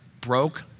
broke